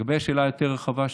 לגבי שאלה היותר-רחבה,